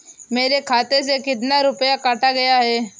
मेरे खाते से कितना रुपया काटा गया है?